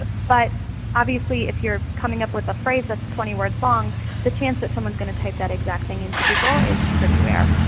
but obviously, if you're coming up with a phrase that's twenty words long the chances someone is going to type that into google is pretty rare.